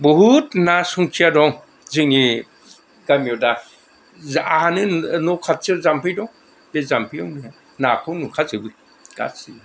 बहुत ना संखिया दं जोंनि गामियाव दा जाहानो न' खाथियाव जमफै दं बे जाम्फैयाव नाखौ मोनखाजोबो जासिबो